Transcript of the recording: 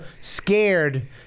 scared